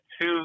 two